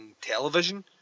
television